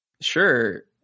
sure